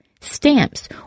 stamps